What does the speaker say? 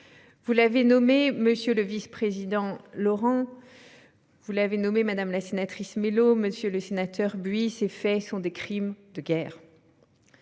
Vous l'avez dit, monsieur le vice-président Laurent, madame la sénatrice Mélot, monsieur le sénateur Buis, ces faits sont des crimes de guerre.